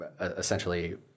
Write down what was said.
essentially